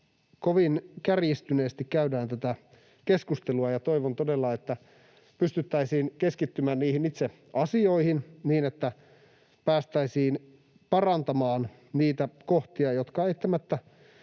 kovin kärjistyneesti käydään tätä keskustelua, ja toivon todella, että pystyttäisiin keskittymään niihin itse asioihin, niin että päästäisiin parantamaan niitä kohtia, jotka eittämättä